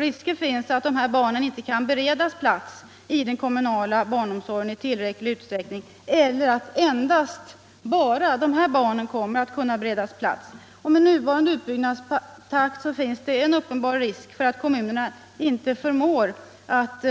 Risker finns att de här barnen inte kan beredas plats i den kommunala barnomsorgen i tillräcklig utsträckning eller att enbart dessa barn kommer att kunna beredas plats. Med nuvarande utbyggnadstakt finns det uppenbar risk för att kommunerna inte förmår